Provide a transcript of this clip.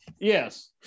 Yes